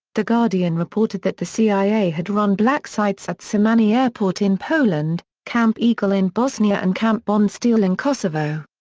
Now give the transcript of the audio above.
the guardian reported that the cia had run black sites at szymany airport in poland, camp eagle in bosnia and camp bondsteel in kosovo.